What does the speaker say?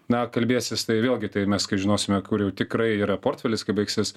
na kalbėsis tai vėlgi tai mes kai žinosime kur jau tikrai yra portfelis kai baigsis